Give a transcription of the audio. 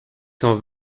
cent